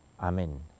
Amen